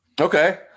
okay